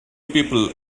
people